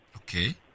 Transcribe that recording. Okay